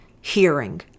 hearing